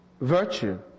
virtue